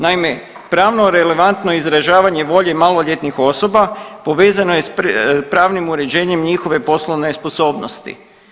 Naime, pravno relevantno izražavanje volje maloljetnih osoba povezano je s pravnim uređenjem njihove poslovne sposobnosti.